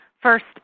first